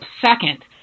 second